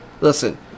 Listen